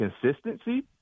consistency